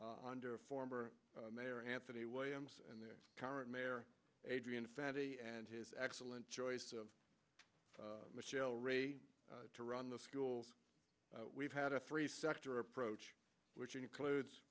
under former mayor anthony williams and the current mayor adrian fenty and his excellent choice of michelle rhee to run the schools we've had a three sector approach which includes